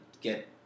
get